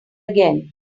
again